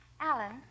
Alan